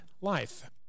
Life